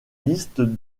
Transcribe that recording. liste